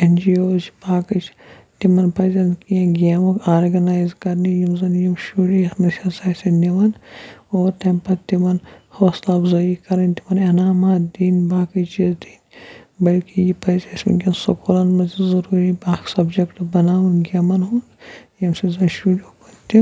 N جی اوز چھِ باقٕے چھِ تِمَن پَزن کینٛہہ گیمہٕ آرگٕنایِز کَرنہِ یِم زَن یِم شُرۍ یَتھ منٛز حِصہٕ آسن نِوان اور تَمہِ پَتہٕ تِمَن حوصلہٕ اَفزٲیی کَرٕنۍ تِمَن ایٚنامات دِنۍ باقٕے چیٖز دِنۍ بلکہِ یہِ پَزِ اَسہِ وٕنکیٚن سکوٗلَن منٛز ضٔروٗری اَکھ سَبجَکٹہٕ بَناوُن گیمَن ہُنٛد ییٚمہِ سۭتۍ زَنہٕ شُرۍ اُکُن تہِ